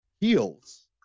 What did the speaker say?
Heels